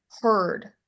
heard